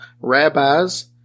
rabbis